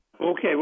Okay